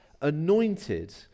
anointed